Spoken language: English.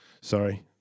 Sorry